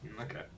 okay